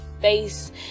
face